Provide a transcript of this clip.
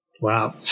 wow